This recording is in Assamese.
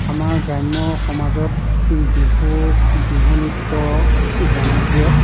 আমাৰ গ্ৰাম্য সমাজত বিহু বিহু নৃত্য জনপ্ৰিয়